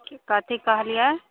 पर की कहलियै